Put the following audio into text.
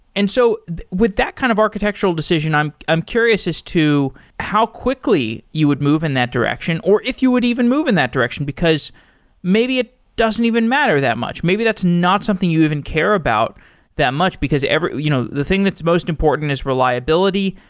and so with that kind of architectural decision, i'm i'm curious as to how quickly you would move in that direction, or if you would even move in that direction, because maybe it doesn't even matter that much. maybe that's not something you even care about that much, because you know the thing that's most important is reliability.